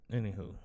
Anywho